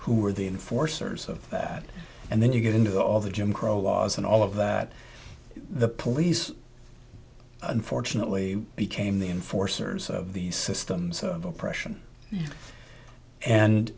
who were the enforcers of that and then you get into all the jim crow laws and all of that the police unfortunately became the enforcers of these systems of oppression and